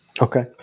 okay